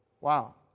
Wow